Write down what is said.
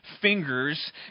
fingers